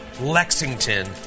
Lexington